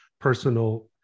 personal